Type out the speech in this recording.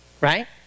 right